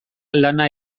lana